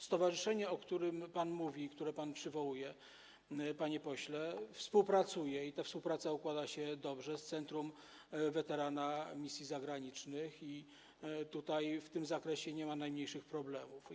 Stowarzyszenie, o którym pan mówi, które pan przywołuje, panie pośle, współpracuje - i ta współpraca układa się dobrze - z centrum weterana misji zagranicznych i w tym zakresie nie ma najmniejszych problemów.